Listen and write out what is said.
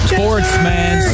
Sportsman